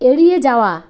এড়িয়ে যাওয়া